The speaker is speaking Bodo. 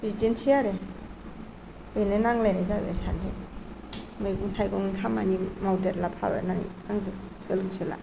बिदिनोसै आरो बेनो नांलायनाय जाबाय आरो सानैजों मैगं थाइगंनि खामानि मावदेरला फानानै आंजों सोलों सोला